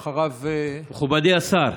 ואחריו, מכובדי השר,